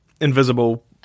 invisible